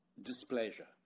displeasure